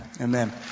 Amen